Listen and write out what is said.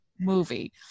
movie